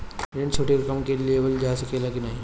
ऋण छोटी रकम के लिए लेवल जा सकेला की नाहीं?